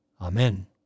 Amen